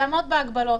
לעמוד בהגבלות.